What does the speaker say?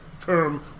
term